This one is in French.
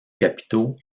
capitaux